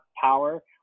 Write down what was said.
power